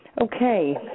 Okay